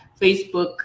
Facebook